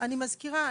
אני מזכירה,